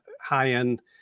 high-end